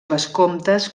vescomtes